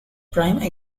prime